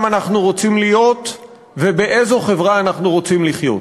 אנחנו רוצים להיות ובאיזו חברה אנחנו רוצים לחיות.